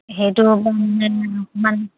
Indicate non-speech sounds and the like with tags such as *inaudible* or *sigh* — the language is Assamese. সেইটো *unintelligible*